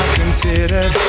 considered